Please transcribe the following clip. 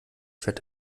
fährt